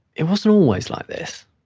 it wasn't always like this